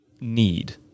need